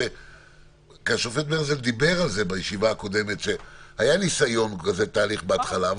השופט מרזל דיבר בישיבה הקודמת שהיה ניסיון ותהליך כזה בהתחלה,